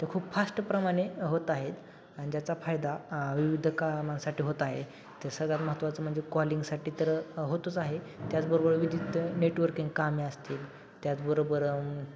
ते खूप फास्टप्रमाणे होत आहेत आणि ज्याचा फायदा विविध कामासाठी होत आहे ते सगळ्यात महत्वाचं म्हणजे कॉलिंगसाठी तर होतच आहे त्याचबरोबर विविध नेटवर्किंग कामे असतील त्याचबरोबर